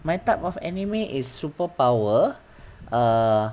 my type of anime is superpower err